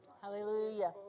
Hallelujah